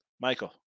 Michael